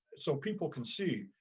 so people can see.